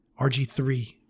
RG3